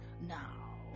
Now